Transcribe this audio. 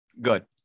Good